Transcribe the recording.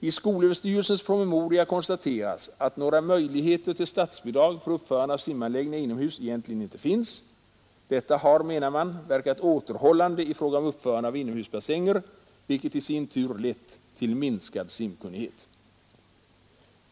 I skolöverstyrelsens promemoria konstateras att några möjligheter till statsbidrag för uppförandet av simanläggningar inomhus egentligen inte finns. Detta har, menar man, verkat återhållande i fråga om uppförande av inomhusbassänger, vilket i sin tur lett till minskad simkunnighet.